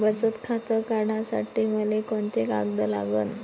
बचत खातं काढासाठी मले कोंते कागद लागन?